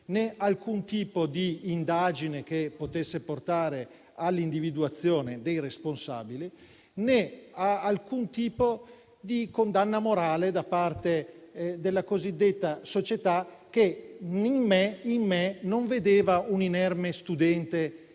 né alcun tipo di indagine che potesse portare all'individuazione dei responsabili, né alcun tipo di condanna morale da parte della cosiddetta società, che in me non vedeva un inerme studente